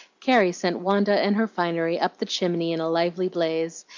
carrie sent wanda and her finery up the chimney in a lively blaze,